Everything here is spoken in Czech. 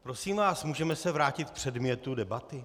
Prosím vás, můžeme se vrátit k předmětu debaty?